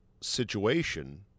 situation